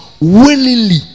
willingly